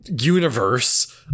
universe